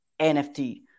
NFT